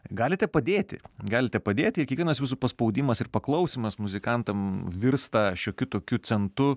galite padėti galite padėti kiekvienas jūsų paspaudimas ir paklausymas muzikantam virsta šiokiu tokiu centu